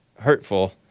hurtful